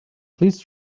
please